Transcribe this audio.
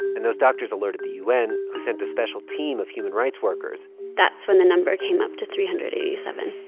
and those doctors alerted the u n, who sent a special team of human rights workers that's when the number came up to three hundred and eighty seven.